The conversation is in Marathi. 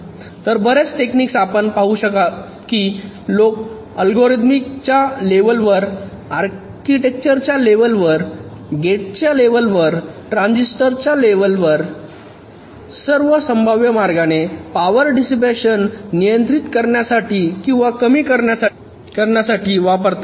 तर बरेच टेक्निक्स आपण पाहू शकता की लोक अल्गोरिदम च्या लेव्हलवर आर्किटेक्चरच्या लेव्हलवर गेटच्या लेव्हलवर ट्रान्झिस्टरच्या लेव्हलवर सर्व संभाव्य मार्गाने पावर डिसिपॅशन नियंत्रित करण्यासाठी किंवा कमी करण्यासाठी वापरतात